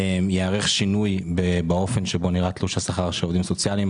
ייערך שינוי באופן שבו נראה תלוש השכר של העובדים הסוציאליים,